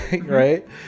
Right